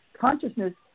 consciousness